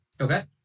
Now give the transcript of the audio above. Okay